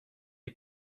est